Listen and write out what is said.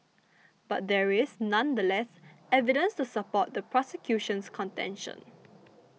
but there is nonetheless evidence to support the prosecution's contention